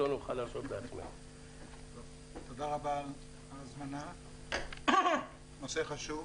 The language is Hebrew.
תודה על ההזמנה, הנושא חשוב,